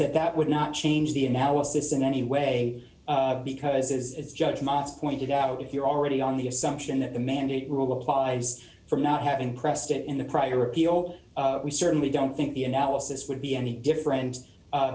that that would not change the analysis in any way because it's judgements pointed out if you're already on the assumption that the mandate rule applies for not having pressed it in the prior appeal we certainly don't think the analysis would be any different